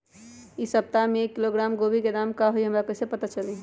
इ सप्ताह में एक किलोग्राम गोभी के दाम का हई हमरा कईसे पता चली?